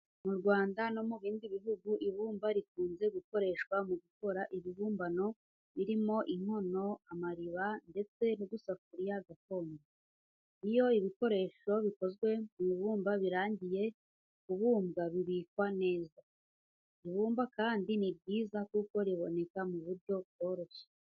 Mu Rwanda no mu bindi bihugu, ibumba rikunze gukoreshwa mu gukora ibibumbano birimo: inkono, amariba, ndetse n'udusafuriya gakondo. Iyo ibikoresho bikozwe mu ibumba birangiye kubumbwa bibikwa neza. Ibumba kandi ni ryiza kuko riboneka mu buryo bworoshye.